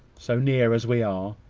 so near as we are,